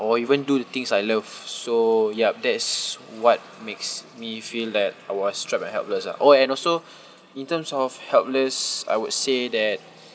or even do the things I love so yup that's what makes me feel that I was trapped and helpless ah oh and also in terms of helpless I would say that